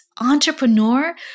entrepreneur